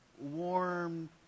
warm